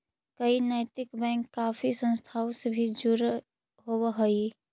कई नैतिक बैंक काफी संस्थाओं से भी जुड़े होवअ हई